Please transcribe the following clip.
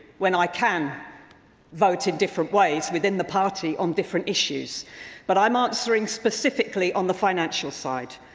when i can vote in different ways within the party on different issues but i'm answering specifically on the financial side.